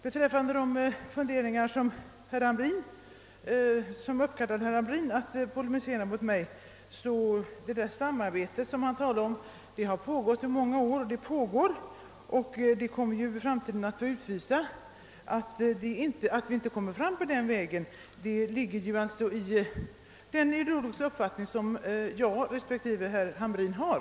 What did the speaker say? Beträffande de funderingar som uppkallade herr Hamrin i Kalmar att polemisera mot mig vill jag säga, att det samarbete han talade om pågått i många år och fortfarande pågår. Framtiden kommer att utvisa att vi inte kommer fram på den vägen. Att våra åsikter om nyttan av detta samarbete går isär beror givetvis på de skilda ideologiska uppfattningar som jag och herr Hamrin har.